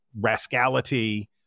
rascality